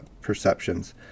perceptions